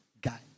guy